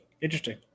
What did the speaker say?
Interesting